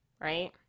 Right